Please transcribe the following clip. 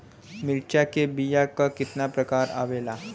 मिर्चा के बीया क कितना प्रकार आवेला?